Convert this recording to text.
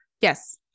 Yes